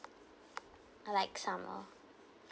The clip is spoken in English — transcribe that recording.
I like summer